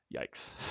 yikes